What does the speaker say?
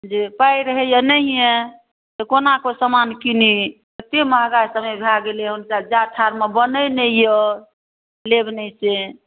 जे पाइ रहैए नहिए तऽ कोनाकऽ ओ समान किनी ततेक महगा समय भऽ गेलैहँ जाड़ ठाड़मे बनै नहि अइ लेब नहि से